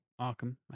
Arkham